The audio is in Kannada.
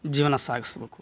ಜೀವನ ಸಾಗಿಸಬೇಕು